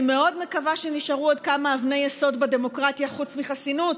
אני מאוד מקווה שנשארו עוד כמה אבני יסוד בדמוקרטיה חוץ מחסינות.